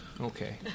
Okay